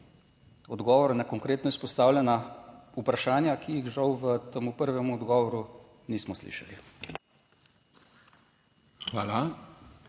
odgovor na konkretno izpostavljena vprašanja, ki jih žal v tem prvem odgovoru nismo slišali.